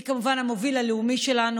היא כמובן המוביל הלאומי שלנו,